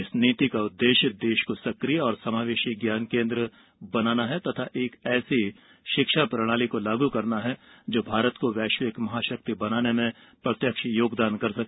इस नीति का उद्देश्य देश को सक्रिय और समावेशी ज्ञान केन्द् बनाना है तथा एक ऐसी शिक्षा प्रणाली लागू करना है जो भारत को वैश्विक महाशक्ति बनाने में प्रत्यक्ष योगदान कर सके